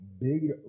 big